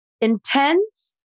intense